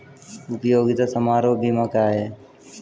उपयोगिता समारोह बीमा क्या है?